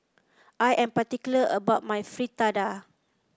I am particular about my Fritada